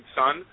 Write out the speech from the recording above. son